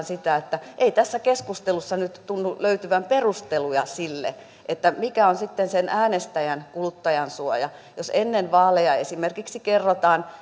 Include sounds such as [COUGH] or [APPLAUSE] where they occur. [UNINTELLIGIBLE] sitä että ei tässä keskustelussa nyt tunnu löytyvän perusteluja sille mikä on sitten sen äänestäjän kuluttajansuoja jos ennen vaaleja esimerkiksi kerrotaan [UNINTELLIGIBLE]